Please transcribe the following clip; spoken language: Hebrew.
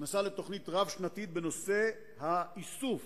נכנסה לתוכנית רב-שנתית בנושא האיסוף